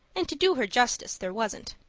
and, to do her justice, there wasn't.